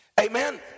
Amen